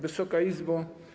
Wysoka Izbo!